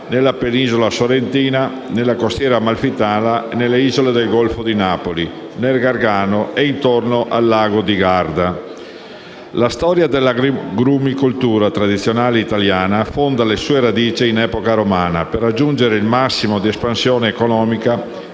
nella penisola sorrentina, nella costiera amalfitana e nelle isole del Golfo di Napoli, nel Gargano e intorno al lago di Garda. La storia dell'agrumicoltura tradizionale italiana affonda le sue radici in epoca romana, per raggiungere il massimo di espansione economica